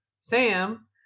Sam